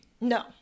No